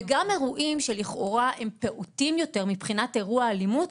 וגם אירועים שלכאורה הם פעוטים יותר מבחינת אירוע אלימות,